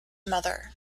mother